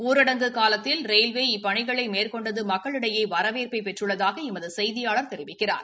ஊரடங்கு காலத்தில் ரயில்வே இப்பணிகளை மேற்கொண்டது மக்களிடையே வரவேற்பை பெற்றுள்ளதாக எமது செய்தியாளர் தெரிவிக்கிறார்